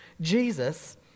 Jesus